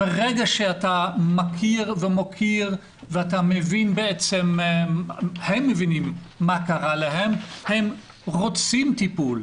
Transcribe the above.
ברגע שאתה מכיר ומוקיר והם מבינים מה קרה להם הם רוצים טיפול.